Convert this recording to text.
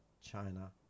China